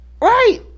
Right